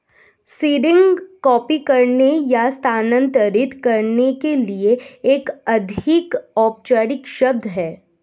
seeding copy करने या स्थानांतरित करने के लिए एक अधिक औपचारिक शब्द है